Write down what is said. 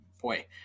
Boy